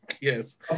yes